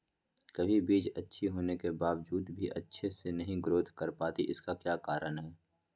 कभी बीज अच्छी होने के बावजूद भी अच्छे से नहीं ग्रोथ कर पाती इसका क्या कारण है?